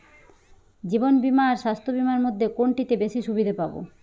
জীবন বীমা আর স্বাস্থ্য বীমার মধ্যে কোনটিতে বেশী সুবিধে পাব?